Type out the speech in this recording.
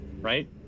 right